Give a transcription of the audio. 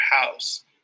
house